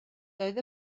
doedd